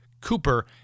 COOPER